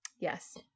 yes